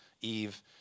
Eve